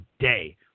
today